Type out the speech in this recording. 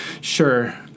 sure